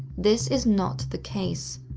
this is not the case.